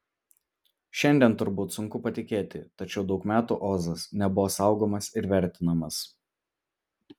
šiandien turbūt sunku patikėti tačiau daug metų ozas nebuvo saugomas ir vertinamas